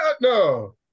No